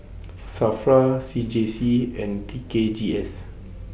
SAFRA C J C and T K G S